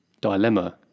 dilemma